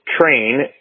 train